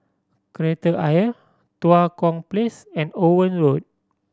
Kreta Ayer Tua Kong Place and Owen Road